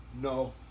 No